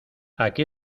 aquí